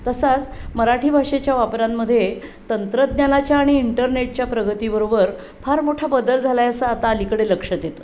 तसाच मराठी भाषेच्या वापरांमध्ये तंत्रज्ञानाच्या आणि इंटरनेटच्या प्रगतीबरोबर फार मोठा बदल झाला आहे असं आता अलीकडे लक्षात येतं